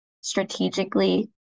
strategically